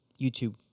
YouTube